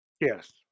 Yes